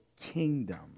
kingdom